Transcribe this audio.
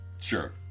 Sure